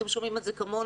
ואתם שומעים על כך כמוני,